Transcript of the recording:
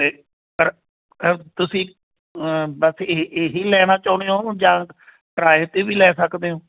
ਅਤੇ ਪਰ ਅ ਤੁਸੀਂ ਬਸ ਇਹ ਇਹ ਹੀ ਲੈਣਾ ਚਾਹੁੰਦੇ ਹੋ ਜਾਂ ਕਿਰਾਏ 'ਤੇ ਵੀ ਲੈ ਸਕਦੇ ਹੋ